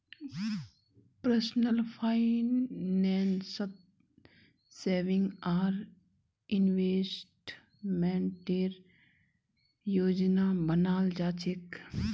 personal फाइनेंसत saving आर इन्वेस्टमेंटेर योजना बनाल जा छेक